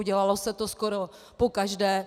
Dělalo se to skoro pokaždé.